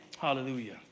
Hallelujah